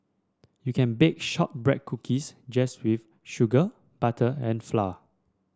you can bake shortbread cookies just with sugar butter and flour